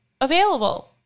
available